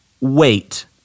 wait